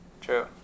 True